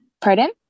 Pardon